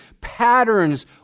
patterns